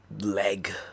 leg